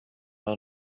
are